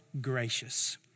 gracious